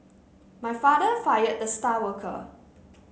my father fired the star worker